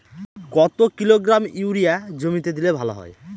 কত kilogram urea জমিতে দিলে ভালো হয়?